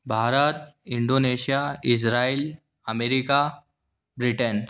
Bharat Indonesia Israel America Britain